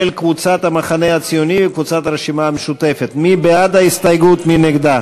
של חברי הכנסת יצחק הרצוג, ציפי לבני,